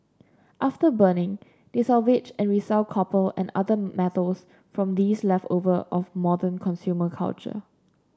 after burning they salvage and resell copper and other metals from these leftover of modern consumer culture